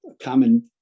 common